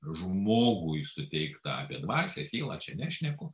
žmogui suteikta apie dvasią sielą čia nešneku